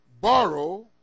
borrow